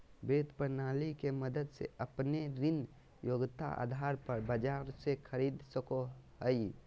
वित्त प्रणाली के मदद से अपने ऋण योग्यता आधार पर बाजार से खरीद सको हइ